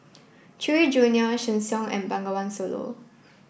Chewy Junior Sheng Siong and Bengawan Solo